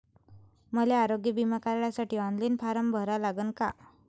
मले आरोग्य बिमा काढासाठी ऑनलाईन फारम भरा लागन का?